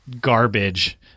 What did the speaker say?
garbage